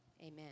Amen